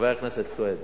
חבר הכנסת סוייד,